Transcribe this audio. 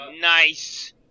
Nice